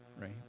right